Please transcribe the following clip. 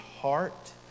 heart